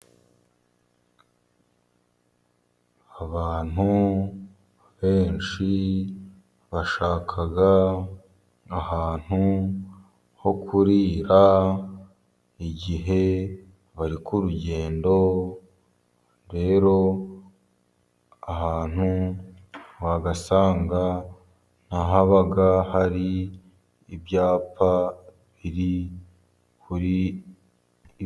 Abantu benshi bashaka ahantu ho kurira igihe bari ku rugendo, rero ahantu wahasanga ni ahaba hari ibyapa biri kuri....